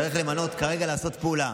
צריך כרגע לעשות פעולה.